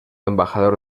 embajador